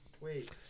Wait